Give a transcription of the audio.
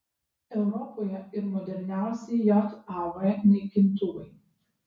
europoje ir moderniausi jav naikintuvai